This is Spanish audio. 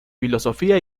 filosofía